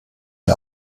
der